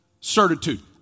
certitude